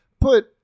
put